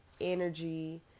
energy